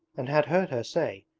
and had heard her say,